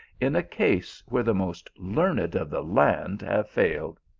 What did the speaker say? in a case where the most learned of the land have failed?